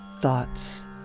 thoughts